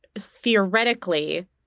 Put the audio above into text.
theoretically